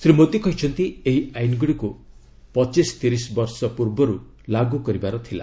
ଶ୍ରୀ ମୋଦି କହିଛନ୍ତି ଏହି ଆଇନଗୁଡ଼ିକୁ ପଚିଶି ତିରିଶି ବର୍ଷ ପୂର୍ବରୁ ଲାଗୁ କରିବାର ଥିଲା